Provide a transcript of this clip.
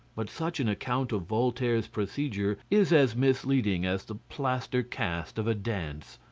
but such an account of voltaire's procedure is as misleading as the plaster cast of a dance.